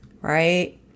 right